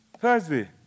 Thursday